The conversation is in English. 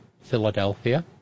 Philadelphia